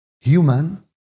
human